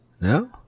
No